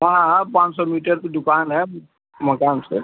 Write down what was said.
हाँ हाँ पाँच सौ मीटर पर दुकान है मकान से